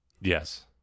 Yes